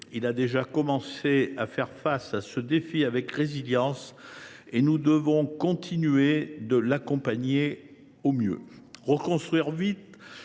a déjà commencé à faire face à ce défi avec résilience et nous devons continuer de l’accompagner au mieux.